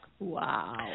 Wow